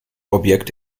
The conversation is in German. objekt